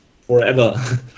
forever